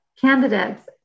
candidates